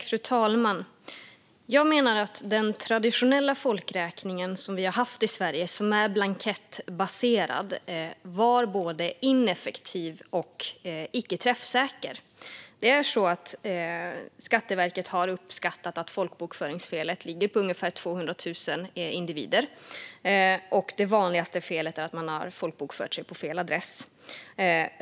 Fru talman! Jag menar att den traditionella blankettbaserade folkräkning som vi har haft i Sverige har varit både ineffektiv och icke träffsäker. Skatteverket har uppskattat att folkbokföringsfelet är ungefär 200 000 individer. Det vanligaste felet är att man har folkbokfört sig på fel adress.